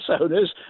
owners